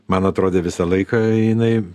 man atrodė visą laiką jinai